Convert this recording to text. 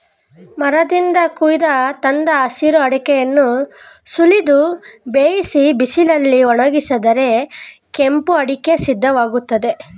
ಮರದಿಂದ ಕೊಯ್ದು ತಂದ ಹಸಿರು ಅಡಿಕೆಯನ್ನು ಸುಲಿದು ಬೇಯಿಸಿ ಬಿಸಿಲಲ್ಲಿ ಒಣಗಿಸಿದರೆ ಕೆಂಪು ಅಡಿಕೆ ಸಿದ್ಧವಾಗ್ತದೆ